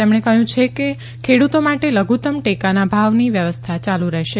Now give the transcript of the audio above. તેમણે કહયું કે ખેડુતો માટે લઘુત્તમ ટેકાના ભાવની વ્યવસ્થા યાલુ રહેશે